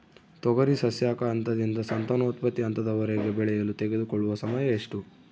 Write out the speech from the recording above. ತೊಗರಿ ಸಸ್ಯಕ ಹಂತದಿಂದ ಸಂತಾನೋತ್ಪತ್ತಿ ಹಂತದವರೆಗೆ ಬೆಳೆಯಲು ತೆಗೆದುಕೊಳ್ಳುವ ಸಮಯ ಎಷ್ಟು?